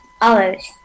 olives